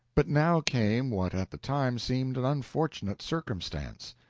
but now came what at the time seemed an unfortunate circumstance.